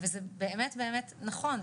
וזה באמת נכון,